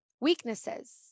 weaknesses